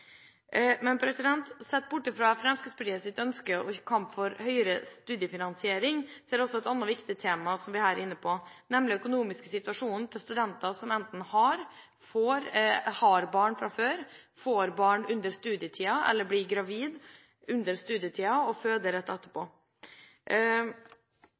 Men bortsett fra Fremskrittspartiets ønske og kamp for høyere studiefinansiering er det også et annet viktig tema som vi her er inne på, nemlig den økonomiske situasjonen til studenter som enten har barn fra før, får barn under studietiden eller blir gravid under studietiden og føder rett etterpå.